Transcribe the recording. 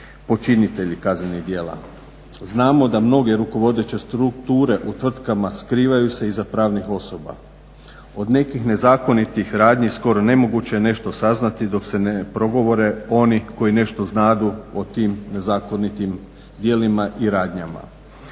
počinitelji kaznenih djela. Znamo da mnoge rukovodeće strukture u tvrtkama skrivaju se iza pravnih osoba od nekih nezakonitih radnji. Skoro nemoguće je nešto saznati dok ne progovore oni koji nešto znadu o tim nezakonitim djelima i radnjama.